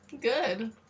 Good